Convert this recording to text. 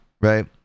right